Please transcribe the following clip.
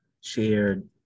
shared